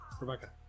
Rebecca